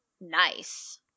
nice